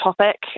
topic